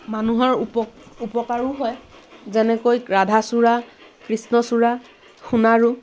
মানুহৰ উপকাৰো হয় যেনেকৈ ৰাধাচূড়া কৃষ্ণচূড়া সোণাৰু